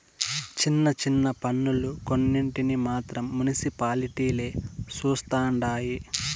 చిన్న చిన్న పన్నులు కొన్నింటిని మాత్రం మునిసిపాలిటీలే చుస్తండాయి